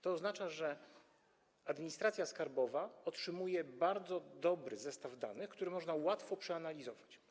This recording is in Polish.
To oznacza, że administracja skarbowa otrzymuje bardzo dobry zestaw danych, które można łatwo przeanalizować.